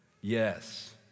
Yes